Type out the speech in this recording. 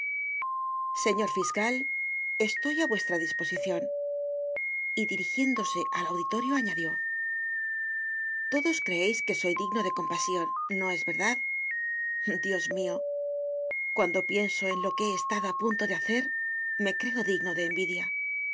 señor fiscal estoy á vuestra disposicion y dirigiéndose al auditorio añadió todos creeis que soy digno de compasion no es verdad dios mio cuando pienso en lo que he estado á punto de hacer me creo digno de envidia